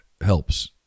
helps